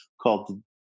called